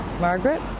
margaret